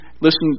Listen